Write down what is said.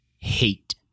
hate